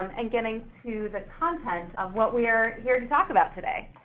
um and getting to the content of what we are here to talk about today.